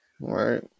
right